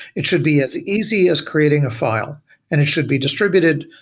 it should be as easy as creating a file and it should be distributed,